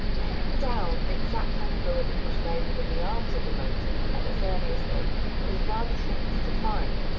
pinning down the exact type of building which lay within the arms of the moat and its earliest date is rather tricky to define.